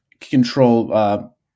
control